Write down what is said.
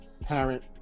parent